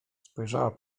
spojrzała